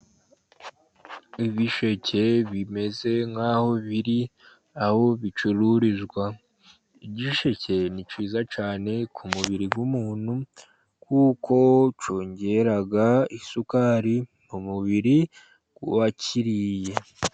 Ibisheke bimeze nk'aho biri aho bicururizwa. Igisheke ni cyiza cyane ku mubiri w'umuntu, kuko cyongera isukari mu mubiri w'uwakiriye.